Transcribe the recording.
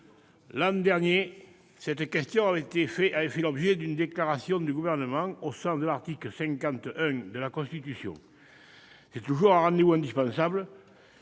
L'an dernier, cette question avait fait l'objet d'une déclaration du Gouvernement au sens de l'article 50-1 de la Constitution. C'est toujours un rendez-vous indispensable,